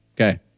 Okay